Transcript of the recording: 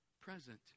present